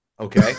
Okay